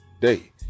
day